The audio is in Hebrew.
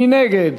מי נגד?